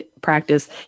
practice